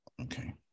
Okay